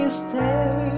stay